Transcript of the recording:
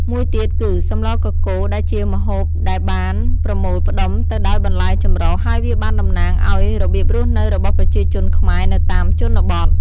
មួយទៀតគឺ សម្លរកកូរ ដែលជាម្ហូបដែលបានប្រមូលផ្តុំទៅដោយបន្លែចម្រុះ ហើយវាបានតំណាងឱ្យរបៀបរស់នៅរបស់ប្រជាជនខ្មែរនៅតាមជនបទ។